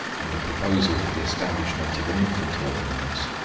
and a proposal for the establishment of an infant orphan-house,